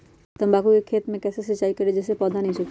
तम्बाकू के खेत मे कैसे सिंचाई करें जिस से पौधा नहीं सूखे?